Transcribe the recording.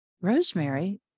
Rosemary